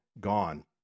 gone